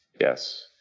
Yes